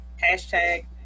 hashtag